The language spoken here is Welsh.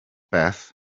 beth